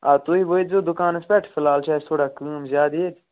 آ تُہۍ وٲتۍزیو دُکانَس پٮ۪ٹھ فِلحال چھِ اَسہِ تھوڑا کٲم زیادٕ ییٚتہِ